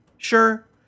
Sure